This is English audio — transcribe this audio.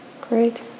Great